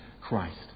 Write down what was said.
Christ